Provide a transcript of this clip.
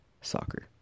soccer